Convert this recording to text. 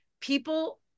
people